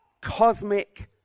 cosmic